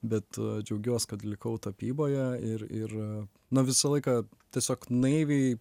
bet džiaugiuos kad likau tapyboje ir ir na visą laiką tiesiog naiviai